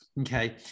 Okay